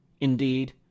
Indeed